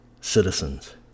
citizens